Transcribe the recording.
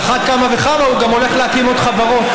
על אחת כמה וכמה, הוא גם הולך להקים עוד חברות.